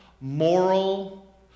moral